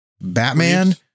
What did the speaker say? Batman